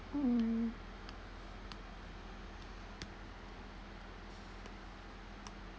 mm